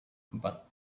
empat